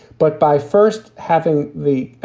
but by first having the